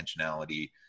intentionality